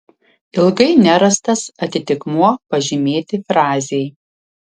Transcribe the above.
ilgai nerastas atitikmuo pažymėti frazei